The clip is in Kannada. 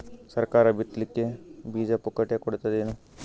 ಸರಕಾರ ಬಿತ್ ಲಿಕ್ಕೆ ಬೀಜ ಪುಕ್ಕಟೆ ಕೊಡತದೇನು?